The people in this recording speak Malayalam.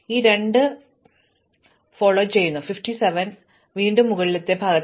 അതിനാൽ ഞാൻ വീണ്ടും ഈ ഫോളോ നീക്കുന്നു 57 വീണ്ടും മുകളിലെ ഭാഗത്തിന്റെ ഭാഗമാണ്